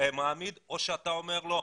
או שאתה אומר לו,